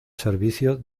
servicio